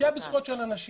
פגיעה בזכויות של אנשים,